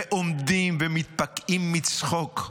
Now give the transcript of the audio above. עומדים ומתפקעים מצחוק.